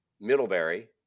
Middlebury